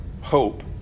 Hope